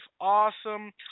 awesome